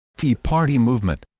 tea party movement